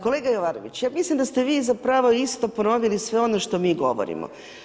Kolega Jovanović, ja mislim da ste vi zapravo isto ponovili sve ono što mi govorimo.